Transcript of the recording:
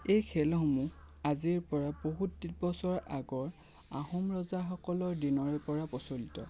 এই খেলসমূহ আজিৰ পৰা বহুত বছৰ আগৰ আহোম ৰজাসকলৰ দিনৰে পৰা প্ৰচলিত